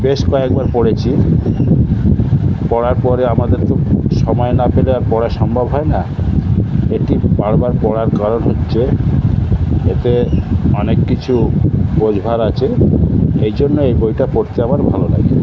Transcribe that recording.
বেশ কয়েকবার পড়েছি পড়ার পরে আমাদের তো সময় না পেলে আর পড়া সম্ভব হয় না এটি বারবার পড়ার কারণ হচ্ছে এতে অনেক কিছু বোঝবার আছে এই জন্য এই বইটা পড়তে আমার ভালো লাগে